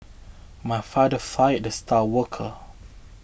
my father fired the star worker